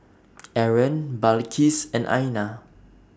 Aaron Balqis and Aina